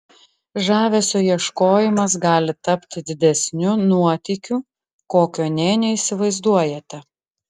žavesio ieškojimas gali tapti didesniu nuotykiu kokio nė neįsivaizduojate